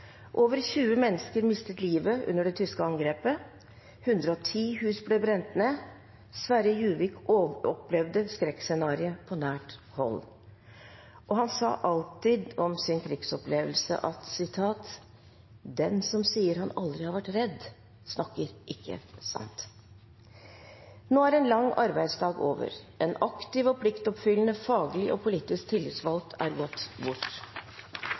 Over 20 mennesker mistet livet under det tyske angrepet. 110 hus ble brent ned. Sverre Juvik opplevde skrekkscenariet på nært hold. Og han sa alltid om sin krigsopplevelse: «Den som sier han aldri har vært redd, snakker ikke sant.» Nå er en lang arbeidsdag over. En aktiv og pliktoppfyllende faglig og politisk tillitsvalgt er gått bort